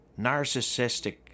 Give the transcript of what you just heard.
narcissistic